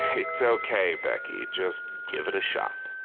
it's okay, becky, just give it a shot.